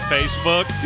Facebook